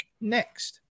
Next